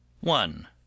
one